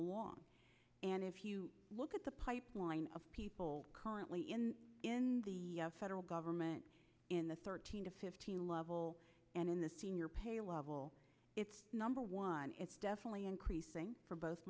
along and if you look at the pipeline of people currently in the federal government in the thirteen to fifteen level and in the senior payer lovell it's number one it's definitely increasing for both